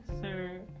sir